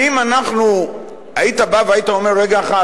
כי אם היית בא והיית אומר: רגע אחד,